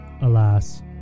Alas